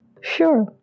Sure